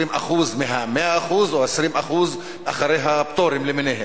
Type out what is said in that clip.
20% מה-100% או 20% אחרי הפטורים למיניהם?